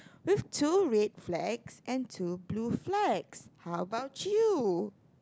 with two red flags and two blue flags how about you